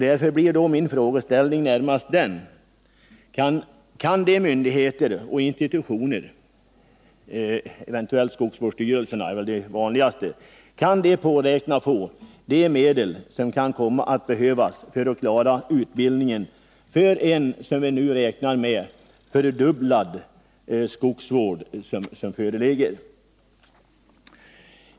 Därför blir min frågeställning närmast: Kan de myndigheter och institutioner som handlägger dessa frågor — exempelvis skogsvårdsstyrelsen — påräkna de medel som kan komma att behövas för att klara utbildningen för en som vi nu räknar med fördubblad skogsvårdsinsats?